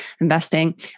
investing